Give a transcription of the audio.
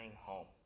home